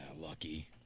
lucky